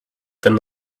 than